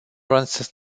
runs